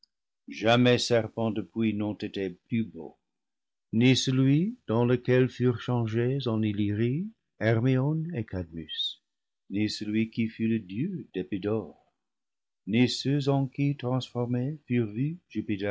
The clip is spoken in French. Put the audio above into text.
jamais serpents depuis n'ont été plus beaux ni celui dans lequel furent changés en illyrie hermione et cadmus ni celui qui fut le dieu d'épidaure ni ceux en qui